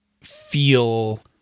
feel